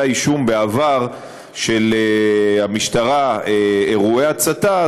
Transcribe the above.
האישום בעבר של המשטרה באירועי הצתה,